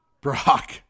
Brock